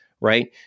right